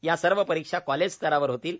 या सर्व परीक्षा कॉलेज स्तरावर होतील